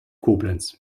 koblenz